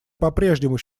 попрежнему